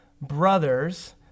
brothers